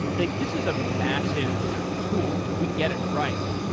like this is a massive tool if we get it right.